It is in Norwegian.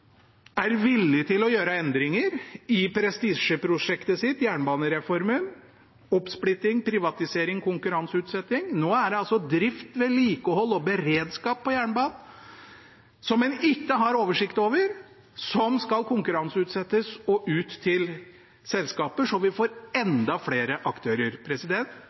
er villig til å gjøre endringer i prestisjeprosjektet sitt, jernbanereformen, med oppsplitting, privatisering og konkurranseutsetting. Nå er det altså drift, vedlikehold og beredskap på jernbanen en ikke har oversikt over, som skal konkurranseutsettes og ut til selskaper så vi får enda flere aktører.